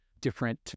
different